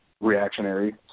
reactionary